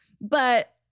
But-